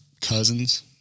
cousins